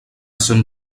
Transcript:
sant